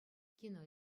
киновӗн